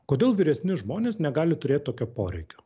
kodėl vyresni žmonės negali turėt tokio poreikio